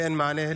ואין מענה,